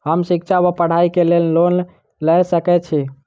हम शिक्षा वा पढ़ाई केँ लेल लोन लऽ सकै छी?